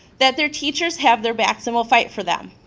that their teachers have their backs and will fight for them.